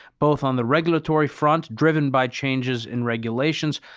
both on the regulatory front driven by changes in regulations,